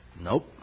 Nope